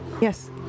Yes